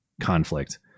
conflict